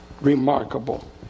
remarkable